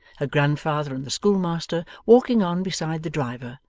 her grandfather and the schoolmaster walking on beside the driver,